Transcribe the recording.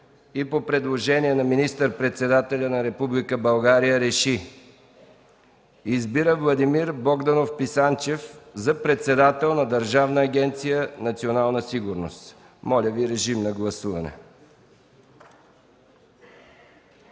и по предложение на министър-председателя на Република България РЕШИ: Избира Владимир Богданов Писанчев за председател на Държавна агенция „Национална сигурност”.” Моля, режим на гласуване.